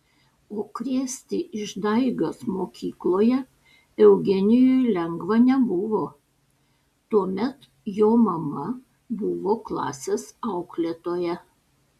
o krėsti išdaigas mokykloje eugenijui lengva nebuvo tuomet jo mama buvo klasės auklėtoja